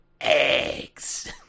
eggs